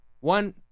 one